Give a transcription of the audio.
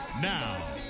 Now